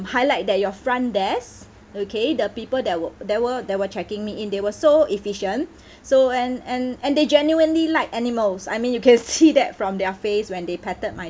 highlight that your front desk okay the people that were they were they were checking me in they were so efficient so and and and they genuinely like animals I mean you can see that from their face when they patted my